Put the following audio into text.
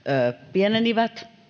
pienenivät